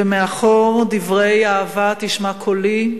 ומאחור דברי האהבה, "התשמע קולי",